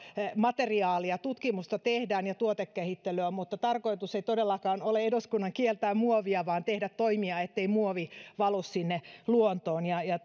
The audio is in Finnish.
materiaalia tutkimusta tehdään ja tuotekehittelyä mutta tarkoitus ei todellakaan ole eduskunnan kieltää muovia vaan tehdä toimia ettei muovi valu sinne luontoon ja ja